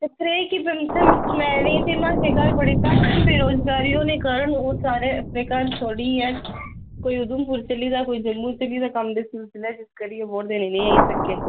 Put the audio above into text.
चक्कर ऐ के मंथन चमैरें ते म्हाशें दे घर बडे़े घट्ट न बेरोजगारी होने दे कारण ओह् अपना घर छोड़ियै कोई उघमपुर चली गेआ कोई जम्मू चली गेदा कम्म दे सिलसले च इसकरी वोट देने गी नेईं आई सके